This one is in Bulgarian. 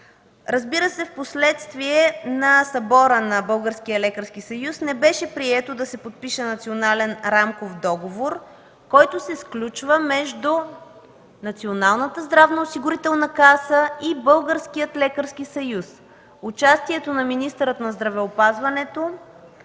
Разбира се, впоследствие, на събора на Българския лекарски съюз, не беше прието да се подпише Национален рамков договор, който се сключва между Националната здравноосигурителна каса и Българския лекарски съюз. Участието на министъра на здравеопазването